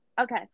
Okay